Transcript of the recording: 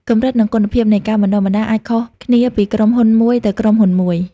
កម្រិត និងគុណភាពនៃការបណ្តុះបណ្តាលអាចខុសគ្នាពីក្រុមហ៊ុនមួយទៅក្រុមហ៊ុនមួយ។